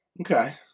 Okay